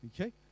Okay